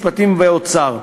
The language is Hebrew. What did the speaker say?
משפטים ואוצר.